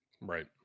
right